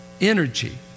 Energy